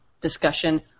discussion